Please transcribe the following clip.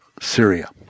Syria